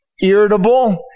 irritable